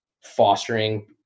fostering